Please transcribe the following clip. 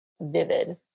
vivid